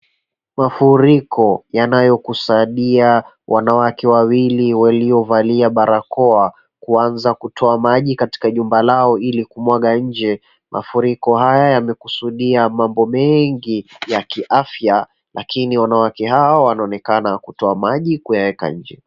Mafuriko yanayokusadia wanawake wawili waliovalia barakoa kuanza kutoa maji kwa jumba lao ili kumwaga nje. Mafuriko haya yamekusudia mambo mengi ya kiafya lakini wanawake hawa wanaonekana kutoa maji kuyaweka nje.